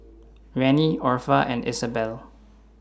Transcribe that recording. Rennie Orpha and Isabelle